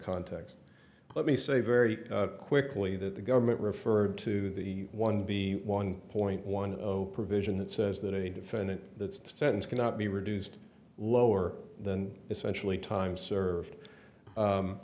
context let me say very quickly that the government referred to the one the one point one provision that says that a defendant gets to sentence cannot be reduced lower than essentially time served